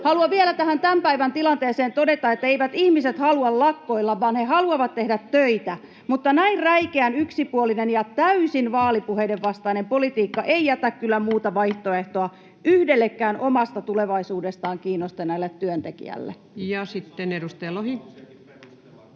Haluan vielä tämän päivän tilanteeseen todeta, etteivät ihmiset halua lakkoilla vaan he haluavat tehdä töitä. Mutta näin räikeän yksipuolinen ja täysin vaalipuheiden vastainen politiikka ei jätä kyllä muuta vaihtoehtoa yhdellekään omasta tulevaisuudestaan kiinnostuneelle työntekijälle. [Speech